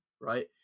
Right